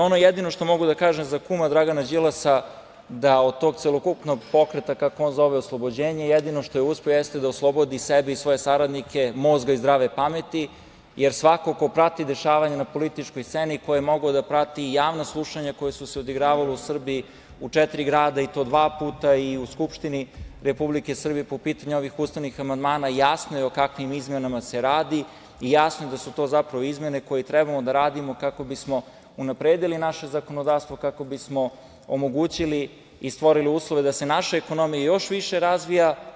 Ono jedino što mogu da kažem za kuma Dragana Đilasa, da od tog celokupnog pokreta, kako on zove, oslobođenje, jedino što je uspeo jeste da oslobodi sebe i svoje saradnike mozga i zdrave pameti, jer svako ko prati dešavanja na političkoj sceni, ko je mogao da prati i javna slušanja koja su se odigravala u Srbiji u četiri grada, i to dva puta i u Skupštini Republike Srbije po pitanju ovih ustavnih amandmana, jasno je o kakvim izmenama se radi i jasno je da su to zapravo izmene koje trebamo da radimo kako bismo unapredili naše zakonodavstvo, kako bismo omogućili i stvorili uslove da se naša ekonomija još više razvija.